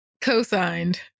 Co-signed